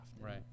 Right